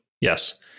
Yes